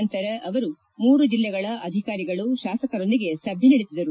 ನಂತರ ಅವರು ಮೂರು ಜಿಲ್ಲೆಗಳ ಅಧಿಕಾರಿಗಳು ಶಾಸಕರೊಂದಿಗೆ ಸಭೆ ನಡೆಸಿದರು